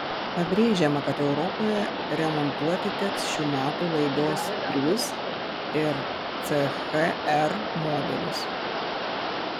pabrėžiama kad europoje remontuoti teks šių metų laidos prius ir ch r modelius